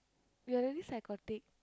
you're really psychotic